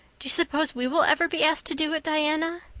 do you suppose we will ever be asked to do it, diana?